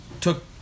took